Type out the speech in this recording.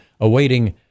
awaiting